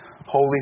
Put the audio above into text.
holy